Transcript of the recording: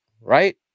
right